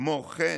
כמו כן,